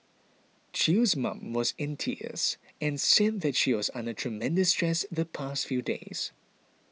Chew's mum was in tears and said that she was under tremendous stress the past few days